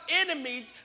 enemies